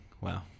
Wow